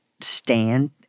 stand